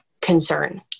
concern